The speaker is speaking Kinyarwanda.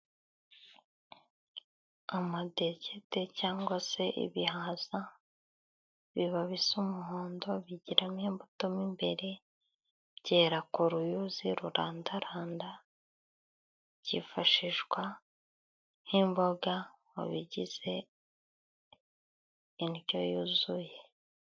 Amadegede cyangwa se ibihaza biba bisa umuhondo, bigiramo imbuto mo imbere, byera ku ruyuzi rurandaranda, byifashishwa nk'imboga mu bigize indyo yuzuye .